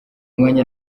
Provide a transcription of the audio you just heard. mwanya